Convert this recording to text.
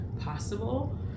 possible